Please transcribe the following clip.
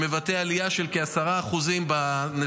שמבטא עלייה של כ-10% בנתונים.